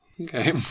Okay